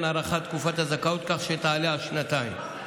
הארכת תקופת הזכאות כך שתעלה על שנתיים.